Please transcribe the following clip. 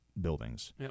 buildings